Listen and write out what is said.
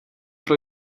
pro